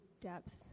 depth